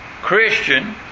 Christian